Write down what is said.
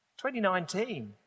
2019